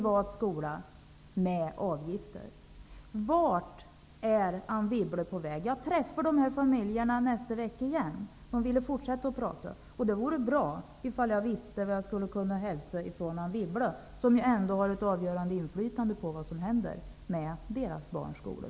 Vart är Anne Wibble på väg? Jag träffar de här familjerna igen nästa vecka -- de ville fortsätta och prata. Det vore bra om jag visste vad jag kan hälsa från Anne Wibble, som ju ändå faktiskt har ett avgörande inflytande på vad som händer med deras barns skolor.